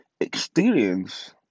experience